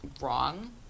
wrong